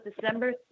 December